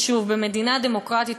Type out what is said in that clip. חשוב במדינה דמוקרטית,